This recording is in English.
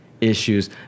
issues